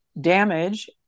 damage